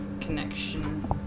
connection